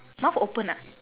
mouth open ah